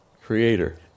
Creator